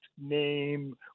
name